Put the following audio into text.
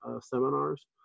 seminars